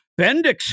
Bendix